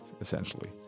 essentially